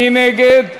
מי נגד?